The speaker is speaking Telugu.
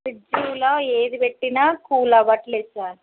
ఫ్రిడ్జ్లో ఏది పెట్టినా కూల్ అవ్వట్లేదు సార్